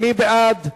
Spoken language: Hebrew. מי בעד?